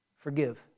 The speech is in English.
Forgive